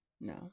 No